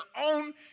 own